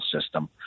system